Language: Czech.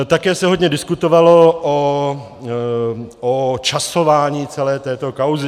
Také se hodně diskutovalo o časování celé této kauzy.